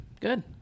good